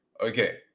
Okay